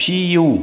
P U